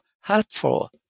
helpful